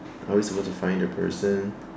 are we supposed to find the person